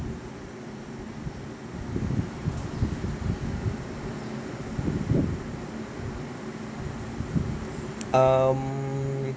um